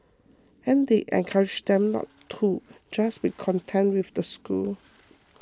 and they encourage them not to just be content with the school